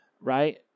right